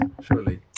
surely